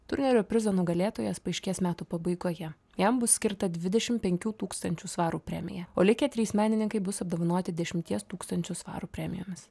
turnerio prizo nugalėtojas paaiškės metų pabaigoje jam bus skirta dvidešim penkių tūkstančių svarų premija o likę trys menininkai bus apdovanoti dešimties tūkstančių svarų premijomis